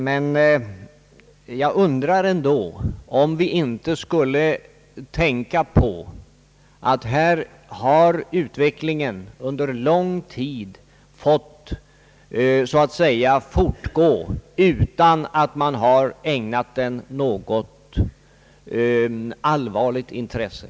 Men jag undrar ändå om vi inte skulle tänka på att utvecklingen i fråga om urbaniseringen under lång tid har fått fortgå utan att man från regeringen har ägnat den något allvarligt intresse.